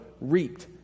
reaped